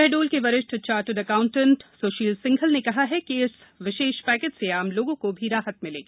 शहड्याल के वरिष्ठ chartered accountant Sushil Singhal ने कहा कि इस विशेष पैकेज से आम लागों का भी राहत मिलेगी